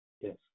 Yes